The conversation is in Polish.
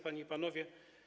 Panie i Panowie!